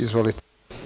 Izvolite.